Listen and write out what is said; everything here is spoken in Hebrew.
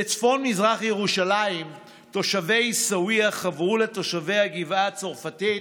בצפון-מזרח ירושלים תושבי עיסאוויה חברו לתושבי הגבעה הצרפתית